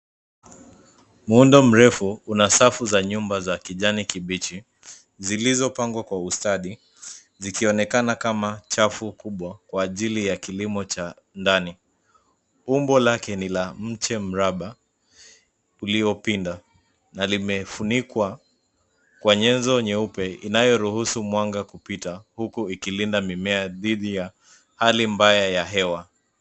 Muundo mrefu, una safu za nyumba za kijani kibichi, zilizopangwa kwa ustadi, zikionekana kama chafu kubwa kwa ajili ya kilimo cha ndani. Umbo lake ni la mche mraba, uliopinda, na limefunikwa, kwa nyenzo nyeupe inayoruhusu mwanga kupita huku ikilinda mimea dhidi ya hali mbaya ya hewa.